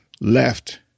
left